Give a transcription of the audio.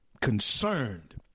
concerned